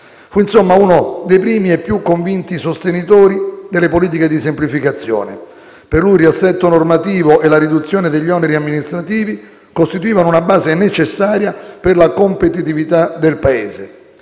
fu, insomma, uno dei primi e più convinti sostenitori delle politiche di semplificazione. Per lui il riassetto normativo e la riduzione degli oneri amministrativi costituivano una base necessaria per la competitività del Paese.